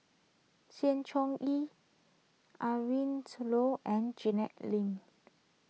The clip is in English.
Sng Choon Yee Adrin Loi and Janet Lim